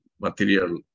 material